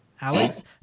Alex